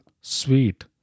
sweet